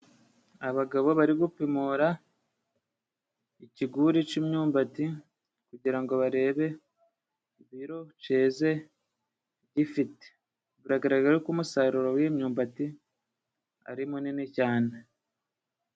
Abagabo bari gupimura, ikiguri c'imyumbati, kugira ngo barebe ibiro ceze gifite. Biragaragara ko umusaruro w'imyumbati ari munini cyane.